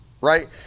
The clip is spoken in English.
right